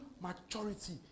maturity